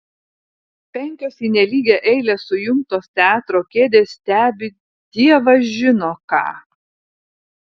penkios į nelygią eilę sujungtos teatro kėdės stebi dievas žino ką